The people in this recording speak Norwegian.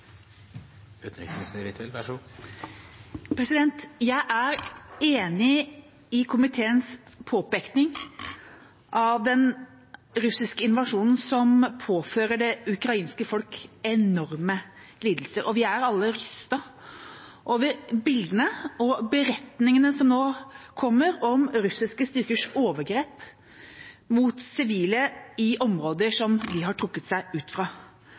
enig i komiteens påpekning om at den russiske invasjonen påfører den ukrainske folket enorme lidelser. Vi er alle rystet over bildene og beretningene som nå kommer om russiske styrkers overgrep på sivile i områder som de har trukket seg ut